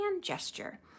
gesture